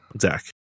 Zach